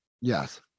Yes